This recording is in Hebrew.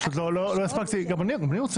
אני חושב